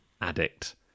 addict